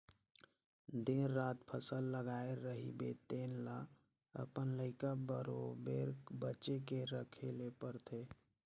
दिन रात फसल लगाए रहिबे तेन ल अपन लइका बरोबेर बचे के रखे ले परथे